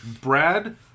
Brad